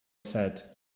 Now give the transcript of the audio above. said